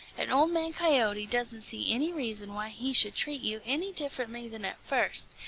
and old man coyote doesn't see any reason why he should treat you any differently than at first,